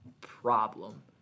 problem